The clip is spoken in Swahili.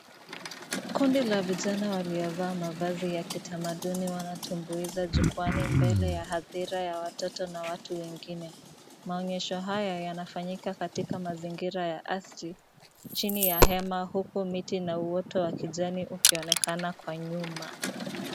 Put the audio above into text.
Kundi la vijana waliovaa mavazi ya kitamaduni wanatumbuiza jukwaani mbele ya hadhira ya watoto na watu wengine. Maonyesho haya yanafanyika katika mazingira ya asili, chini ya hema huku miti na uoto wa kijani ukionekana kwa nyuma.